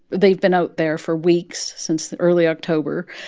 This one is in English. they've been out there for weeks since early october,